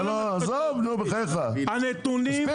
הנתונים